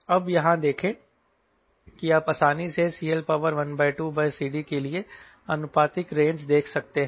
अब यहाँ देखें कि आप आसानी से CL12CDके लिए आनुपातिक रेंज देख सकते हैं